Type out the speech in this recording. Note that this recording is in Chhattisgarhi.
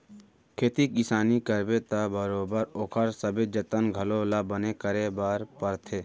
खेती किसानी करबे त बरोबर ओकर सबे जतन घलौ ल बने करे बर परथे